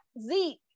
Zeke